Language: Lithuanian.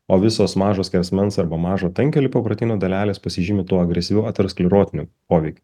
o visos mažo skersmens arba mažo tankio lipoproteinų dalelės pasižymi tuo agresyviu aterosklerotiniu poveikiu